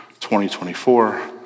2024